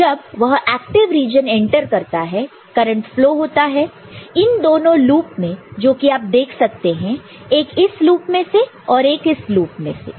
तो जब वह एक्टि रीजन एंटर करता है करंट फ्लो होता है इन दो लूप में जो कि आप देख सकते हैं एक इस लूप में से और दूसरा इस लूप में से